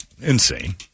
insane